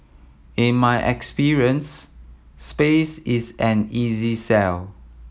in my experience space is an easy sell